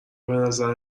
بنظر